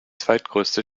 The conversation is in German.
zweitgrößte